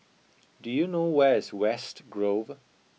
do you know where is West Grove